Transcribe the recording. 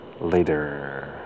later